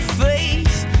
face